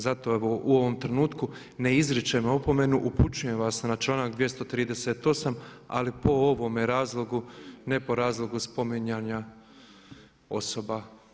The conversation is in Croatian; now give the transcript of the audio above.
Zato evo u ovom trenutku ne izričem opomenu upućujem vas na članak 238. ali po ovome razlogu, ne po razlogu spominjanja osoba.